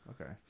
Okay